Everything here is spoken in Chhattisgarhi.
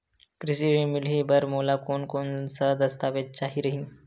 कृषि ऋण मिलही बर मोला कोन कोन स दस्तावेज चाही रही?